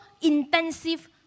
intensive